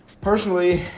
personally